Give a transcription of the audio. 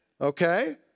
okay